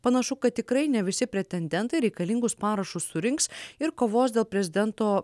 panašu kad tikrai ne visi pretendentai reikalingus parašus surinks ir kovos dėl prezidento